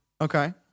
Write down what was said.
Okay